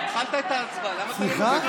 התחלת את ההצבעה, למה אתה לא מסיים?